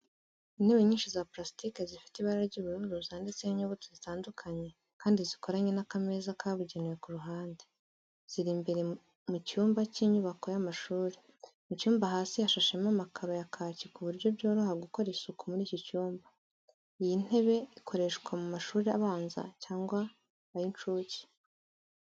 Intebe nyinshi za pulasitike zifite ibara ry'ubururu zanditseho inyuguti zitandukanye, kandi zikoranye n’akameza kabugenewe ku ruhande. Ziri imbere cyumba cy'inyubako y'amashuri. Mu cyumba hasi hashashemo amakaro ya kaki ku buryo byoroha gukora isuku muri iki cyumba. Iyi ntebe ikoreshwa mu mashuri abanza cyangwa ay'incuke.